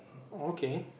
okay